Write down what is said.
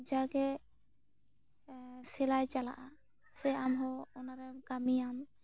ᱡᱟᱣᱜᱮ ᱥᱮᱞᱟᱭ ᱪᱟᱞᱟᱜ ᱟ ᱥᱮ ᱟᱢ ᱦᱚᱸ ᱚᱱᱟ ᱨᱮᱢ ᱠᱟᱹᱢᱤᱭᱟᱢ